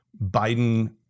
biden